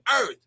earth